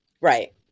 Right